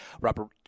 robert